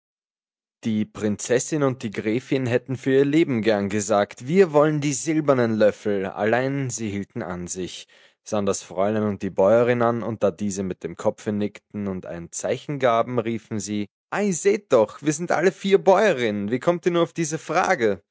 die prinzessin und die gräfin hätten für ihr leben gern gesagt wir wollen die silbernen löffel allein sie hielten an sich sahen das fräulein und die bäuerin an und da diese mit dem kopfe nickten und ein zeichen gaben riefen sie ei seht doch wir sind alle vier bäuerinnen wie kommt ihr nur auf diese frage